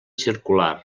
circular